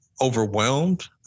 overwhelmed